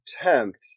attempt